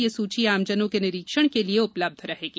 यह सूची आमजनों के निरीक्षण के लिये उपलब्ध रहेगी